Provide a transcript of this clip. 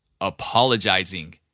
apologizing